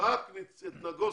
רק נגוסה.